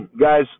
Guys